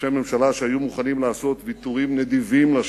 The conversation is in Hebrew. ראשי ממשלה שהיו מוכנים לעשות ויתורים נדיבים לשלום,